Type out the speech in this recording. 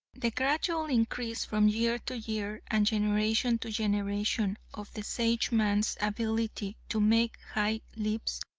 the gradual increase from year to year, and generation to generation, of the sageman's ability to make high leaps,